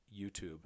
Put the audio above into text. YouTube